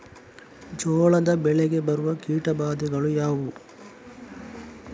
ಜೋಳದ ಬೆಳೆಗೆ ಬರುವ ಕೀಟಬಾಧೆಗಳು ಯಾವುವು?